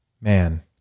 Man